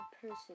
person